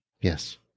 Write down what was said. Yes